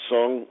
Song